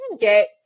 get